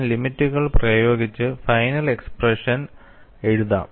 ഞാൻ ലിമിറ്റുകൾ പ്രയോഗിച്ച് ഫൈനൽ എക്സ്പ്രെഷൻ എഴുതാം